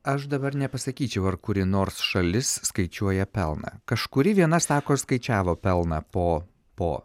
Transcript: aš dabar nepasakyčiau ar kuri nors šalis skaičiuoja pelną kažkuri viena sako skaičiavo pelną po po